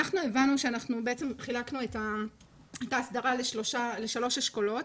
הבנו שחילקנו את ההסדרה לשלושה אשכולות,